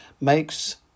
makes